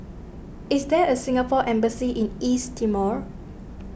is there a Singapore Embassy in East Timor